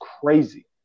crazy